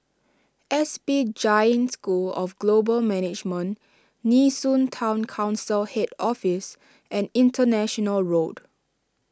S P Jain School of Global Management Nee Soon Town Council Head Office and International Road